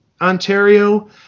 Ontario